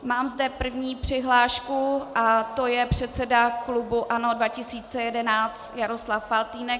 Mám zde první přihlášku, a to předsedy klubu ANO 2011 Jaroslava Faltýnka.